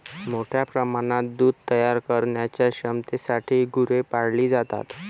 मोठ्या प्रमाणात दूध तयार करण्याच्या क्षमतेसाठी गुरे पाळली जातात